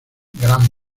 gran